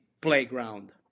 playground